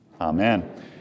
Amen